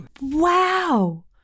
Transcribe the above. wow